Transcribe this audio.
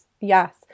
Yes